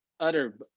utter